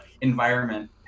environment